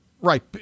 right